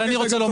אני רוצה לומר